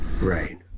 Right